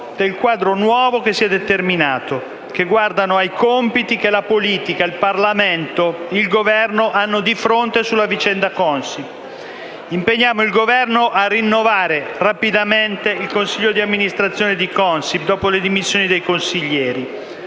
del quadro nuovo che si è determinato e guardano ai compiti che la politica, il Parlamento e il Governo hanno di fronte sulla vicenda Consip. È nostra volontà impegnare il Governo a rinnovare rapidamente il consiglio di amministrazione di Consip dopo le dimissioni dei consiglieri.